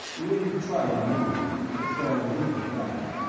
ringg tried to move, but fell limply back.